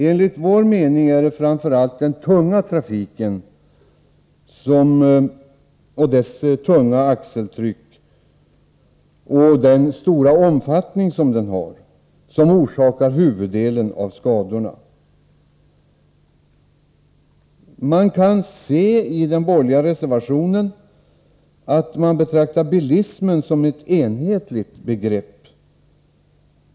Enligt vår mening är det framför allt den tunga trafiken med sitt stora axeltryck som orsakar huvuddelen av skadorna, inte minst på grund av dess ökande omfattning. Det framgår av den borgerliga reservationen att reservanterna betraktar bilismen som ett enhetligt begrepp.